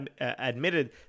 admitted